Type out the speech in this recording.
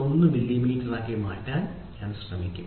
1 മില്ലിമീറ്ററാക്കി മാറ്റാൻ ഞാൻ ശ്രമിക്കും